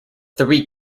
three